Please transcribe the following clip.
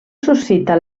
suscita